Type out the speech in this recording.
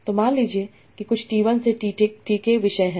तो मान लीजिए कि कुछ t 1 से tk विषय हैं